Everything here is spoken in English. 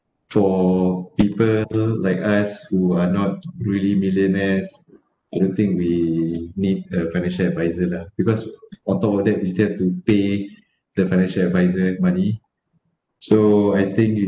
for people like us who are not really millionaires I don't think we need a financial advisor lah because on top of that we still have to pay the financial adviser money so I think you